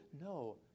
No